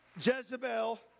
Jezebel